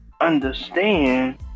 understand